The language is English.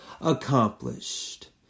accomplished